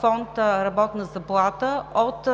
фонд „Работна заплата“ от